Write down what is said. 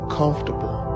comfortable